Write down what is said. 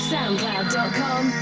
SoundCloud.com